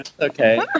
Okay